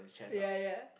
ya ya